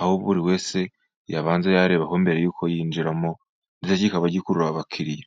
aho buri wese yabanza yarebaho mbere yuko yinjiramo, ndetse kikaba gikurura abakiriya.